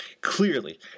clearly